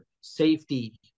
safety